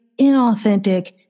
inauthentic